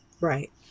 Right